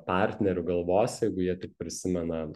partnerių galvose jeigu jie tik prisimena